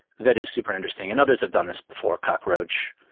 that is super interesting, and others have done this before, cockroach.